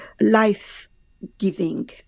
life-giving